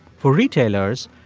for retailers,